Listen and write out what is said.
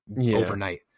overnight